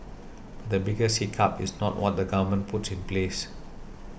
but the biggest hiccup is not what the Government puts in place